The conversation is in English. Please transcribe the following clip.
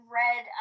read